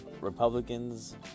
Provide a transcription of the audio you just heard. Republicans